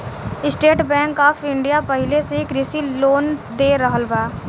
estate Bank of India पाहिले से ही कृषि लोन दे रहल बा